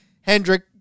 hendrick